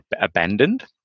abandoned